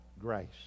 grace